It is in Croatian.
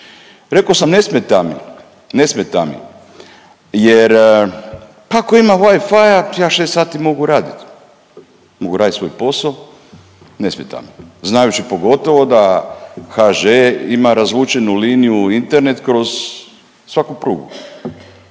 Rekao sam ne smeta mi, ne smeta mi pa ako ima Wifia ja 6 sati mogu raditi, mogu raditi svoj posao, ne smeta mi znajući pogotovo da HŽ ima razvučenu liniju Internet kroz svaku prugu.